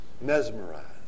mesmerized